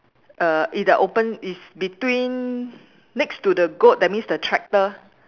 err in the open it's between next to the goat that means the tractor